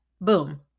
Boom